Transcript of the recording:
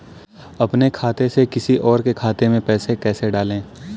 अपने खाते से किसी और के खाते में पैसे कैसे डालें?